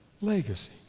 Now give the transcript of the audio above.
Legacy